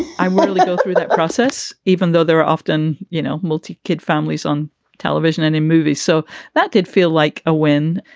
i won't go through that process, even though there are often, you know, multi kid families on television and in movies. so that did feel like a win.